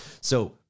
So-